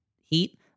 heat